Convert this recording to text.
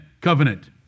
covenant